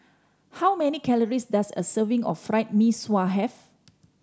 how many calories does a serving of Fried Mee Sua have